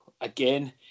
Again